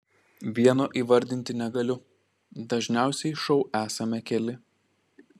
vieno įvardinti negaliu dažniausiai šou esame keli